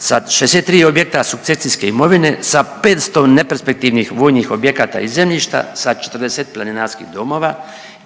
63 objekta sukcesijske imovine, sa 500 neperspektivnih vojnih objekata i zemljišta, sa 40 planinarskih domova